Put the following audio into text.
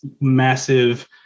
massive